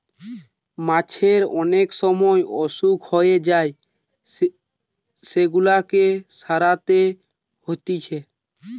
মাছের অনেক সময় অসুখ হয়ে যায় সেগুলাকে সারাতে হতিছে